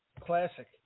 Classic